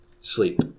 sleep